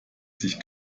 sich